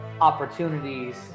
opportunities